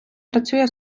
працює